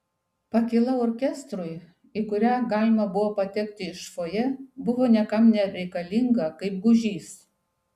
pakyla orkestrui į kurią galima buvo patekti iš fojė buvo niekam nereikalinga kaip gūžys